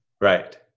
Right